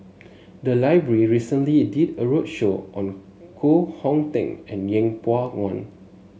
the library recently did a roadshow on Koh Hong Teng and Yeng Pway Ngon